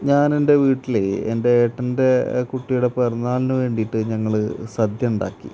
ഞാനെൻ്റെ വീട്ടില് എൻ്റെ ഏട്ടൻ്റെ കുട്ടിയുടെ പിറന്നാളിന് വേണ്ടിയിട്ട് ഞങ്ങള് സദ്യ ഉണ്ടാക്കി